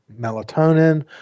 melatonin